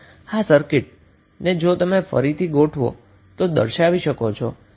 આ સર્કિટને તમે ફરીથી ગોઠવીને સારી રીતે રજુ કરી શકો છો